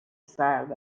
سرد